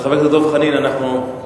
אז חבר הכנסת דב חנין, אנחנו נמתין.